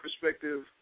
perspective